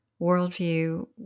worldview